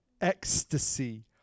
ecstasy